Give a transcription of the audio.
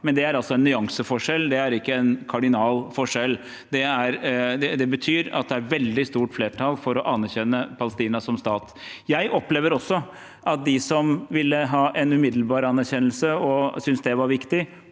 men det er altså en nyanseforskjell, det er ikke en kardinalforskjell. Det betyr at det er et veldig stort flertall for å anerkjenne Palestina som stat. Jeg opplever også at de som ville ha en umiddelbar anerkjennelse, og som synes det er viktig,